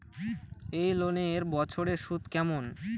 এই লোনের বছরে সুদ কেমন?